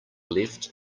left